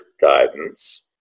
guidance